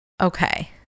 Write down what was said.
Okay